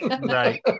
right